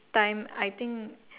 time I think